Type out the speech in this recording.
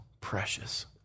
precious